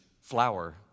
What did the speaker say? flower